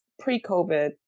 pre-COVID